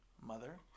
mother